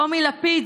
טומי לפיד,